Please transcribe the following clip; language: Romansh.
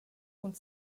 cun